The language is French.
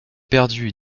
perdus